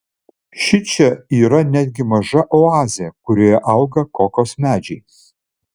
šičia yra netgi maža oazė kurioje auga kokos medžiai